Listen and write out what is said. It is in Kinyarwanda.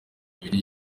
ibiri